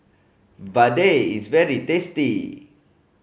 vadai is very tasty